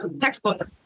textbook